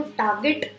target